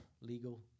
legal